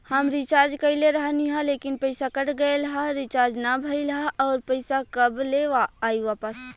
हम रीचार्ज कईले रहनी ह लेकिन पईसा कट गएल ह रीचार्ज ना भइल ह और पईसा कब ले आईवापस?